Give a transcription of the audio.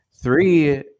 three